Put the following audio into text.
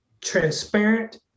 transparent